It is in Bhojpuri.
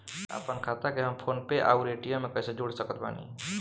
आपनखाता के हम फोनपे आउर पेटीएम से कैसे जोड़ सकत बानी?